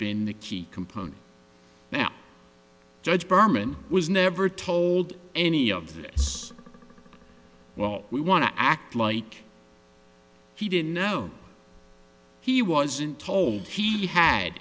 been the key component now judge berman was never told any of this well we want to act like he didn't know he wasn't told he had